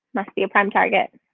must be a prime target.